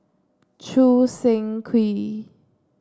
Choo Seng Quee